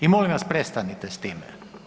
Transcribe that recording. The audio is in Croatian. I molim vas prestanite s time.